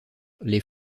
les